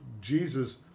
Jesus